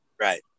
Right